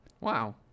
Wow